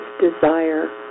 desire